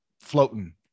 floating